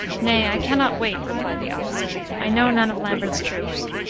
nay, i can not wait, replied the officer. i know none of lambert's troops,